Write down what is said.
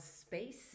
space